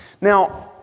Now